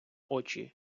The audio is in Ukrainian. очі